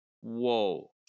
whoa